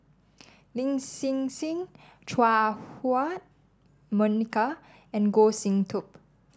Lin Hsin Hsin Chua Ah Huwa Monica and Goh Sin Tub